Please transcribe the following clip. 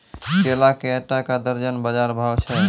केला के आटा का दर्जन बाजार भाव छ?